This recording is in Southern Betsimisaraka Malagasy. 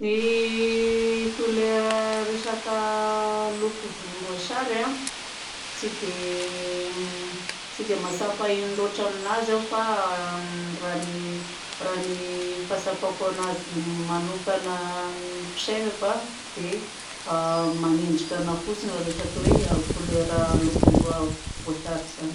Ny couleur resaka loko vonimboasary tsy dia tsy dia mahatsapa ino loatra aminazy aho. Fa raha ny fahatsapako anazy manokana amin'ny fisainako dia manendrika anahy fotsiny resaka oe couleur loko voasary zany.